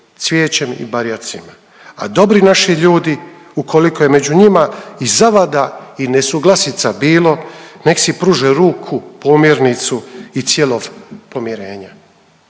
cvijećem i barjacima, a dobri naši ljudi ukoliko je među njima i zavada i nesuglasica bilo nek si pruže ruku pomirnicu i cijelo pomirenje.